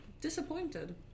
disappointed